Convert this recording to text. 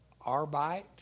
Arbite